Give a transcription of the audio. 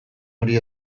ari